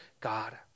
God